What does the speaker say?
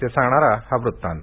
ते सांगणारा हा वृत्तांत